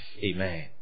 Amen